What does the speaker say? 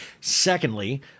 Secondly